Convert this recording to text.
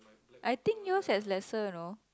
I think yours has lesser you know